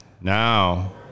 now